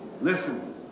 Listen